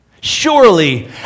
Surely